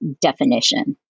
definition